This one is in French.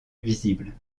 visible